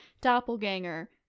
Doppelganger